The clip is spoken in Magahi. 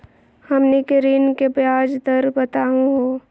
हमनी के ऋण के ब्याज दर बताहु हो?